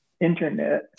internet